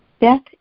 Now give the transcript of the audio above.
Death